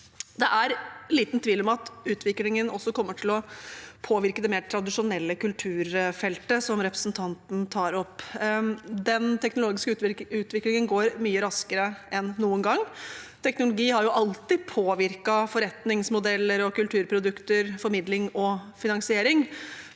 Det er liten tvil om at utviklingen også kommer til å påvirke det mer tradisjonelle kulturfeltet, som representanten tar opp. Den teknologiske utviklingen går mye raskere enn noen gang. Teknologi har alltid påvirket forretningsmodeller, kulturprodukter, formidling og finansiering